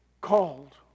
called